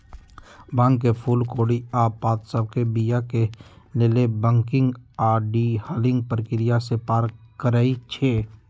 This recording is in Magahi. भांग के फूल कोढ़ी आऽ पात सभके बीया के लेल बंकिंग आऽ डी हलिंग प्रक्रिया से पार करइ छै